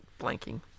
blanking